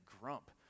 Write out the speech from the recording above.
grump